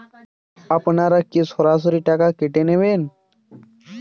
আপনারা কি সরাসরি টাকা কেটে নেবেন?